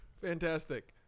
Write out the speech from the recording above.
fantastic